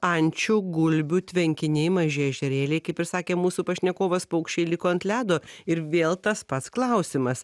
ančių gulbių tvenkiniai maži ežerėliai kaip ir sakė mūsų pašnekovas paukščiai liko ant ledo ir vėl tas pats klausimas